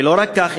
ולא רק זה,